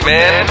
Man